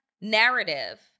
narrative